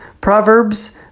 proverbs